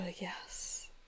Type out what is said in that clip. yes